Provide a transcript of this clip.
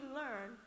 learn